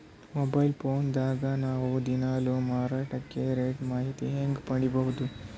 Mobile phone ದಾಗ ನಾವು ದಿನಾಲು ಮಾರುಕಟ್ಟೆ ರೇಟ್ ಮಾಹಿತಿ ಹೆಂಗ ಪಡಿಬಹುದು?